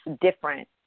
different